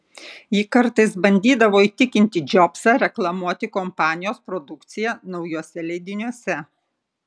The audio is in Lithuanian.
ji kartais bandydavo įtikinti džobsą reklamuoti kompanijos produkciją naujuose leidiniuose